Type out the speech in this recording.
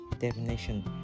definition